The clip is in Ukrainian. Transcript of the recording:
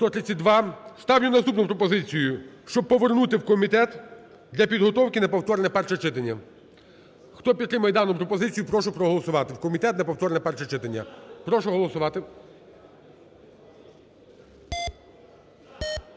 Ставлю наступну пропозицію: щоб повернути в комітет для підготовки на повторне перше читання. Хто підтримує дану пропозицію, прошу проголосувати в комітет на повторне перше читання. Прошу голосувати.